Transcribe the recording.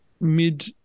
mid